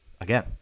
again